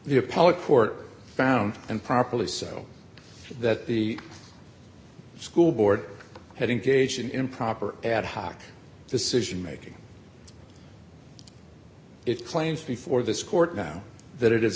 court found and properly so that the school board had engaged in improper ad hoc decision making it claims before this court now that it is